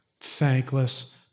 thankless